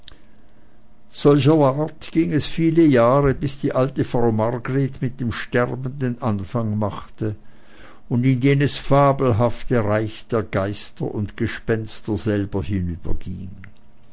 solcherweise ging es viele jahre bis die alte frau margret mit dem sterben den anfang machte und in jenes fabelhafte reich der geister und gespenster selber